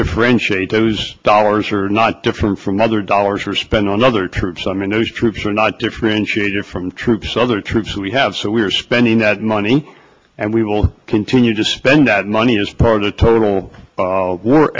differentiate those dollars are not different from other dollars are spent on other troops i mean those troops are not differentiated from troops other troops we have so we are spending that money and we will continue to spend that money as part of the total